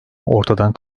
ortadan